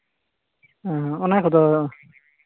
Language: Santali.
ᱚᱸᱻ ᱚᱱᱟ ᱠᱚᱫᱚ